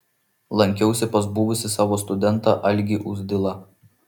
lankiausi pas buvusį savo studentą algį uzdilą